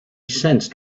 sensed